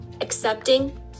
accepting